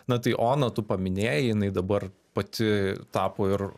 na tai oną tu paminėjai jinai dabar pati tapo ir